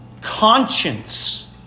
conscience